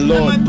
Lord